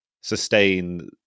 sustain